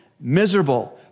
miserable